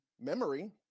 memory